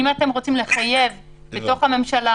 אם אתם רוצים לחייב בתוך הממשלה,